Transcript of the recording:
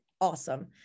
awesome